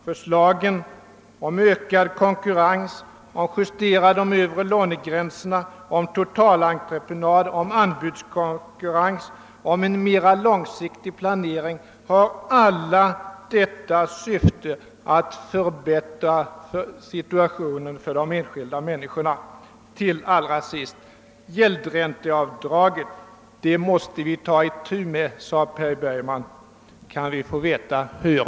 Förslagen om ökad konkurrens, om justering av de övre lånegränserna, om totalentreprenad, om anbudskonkurrens och om en mer långsiktig planering har samma syfte: att förbättra situationen för de enskilda människorna. Det är nödvändigt att ta itu med gäldränteavdraget, sade herr Bergman. Kan vi få veta hur?